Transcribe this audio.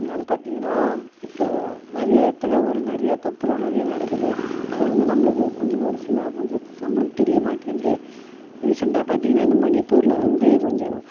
என்னென்னு பார்த்தீங்கன்னா இப்போது நிறைய இடத்துல ஒரு நிறையா தப்பெல்லாம் நிறையா நடக்குது அது வந்து நம்மளுக்கு கொஞ்சம் ஒரு சில கொஞ்சம் நம்மளுக்கு தெரியமாட்டேங்து ரீசண்டாக பார்த்தீங்கன்னா இந்த மணிப்பூரில் வந்து கொஞ்சம்